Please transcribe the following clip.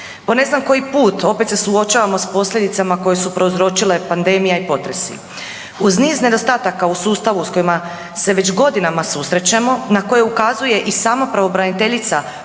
Po ne znam koji put opet se suočavamo s posljedicama koje su prouzročile pandemija i potresi. Uz niz nedostataka u sustavu s kojima se već godinama susrećemo na koje ukazuje i sama pravobraniteljica